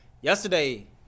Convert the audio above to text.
Yesterday